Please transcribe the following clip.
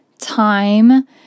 time